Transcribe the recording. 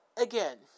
again